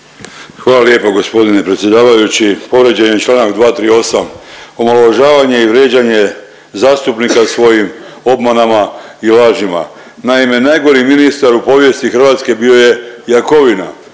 Hvala lijepo g. predsjedavajući, povrijeđen je čl. 238., omalovažavanje i vrijeđanje zastupnika svojim obmanama i lažima. Naime, najgori ministar u povijesti Hrvatske bio je Jakovina,